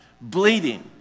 bleeding